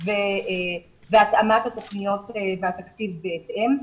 והתאמת התוכניות והתקציב בהתאם,